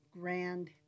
grand